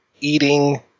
eating